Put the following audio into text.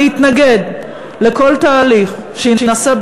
אני אתנגד לכל תהליך שינסה,